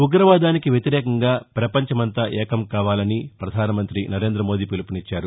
ఉగ్రవాదానికి వ్యతిరేకంగా ప్రపంచమంతా ఏకం కావాలని ప్రధానమంత్రి సరేంర్రమోదీ పిలుపునిచ్చారు